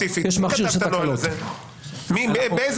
יש מכשיר של תקלות.